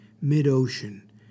mid-ocean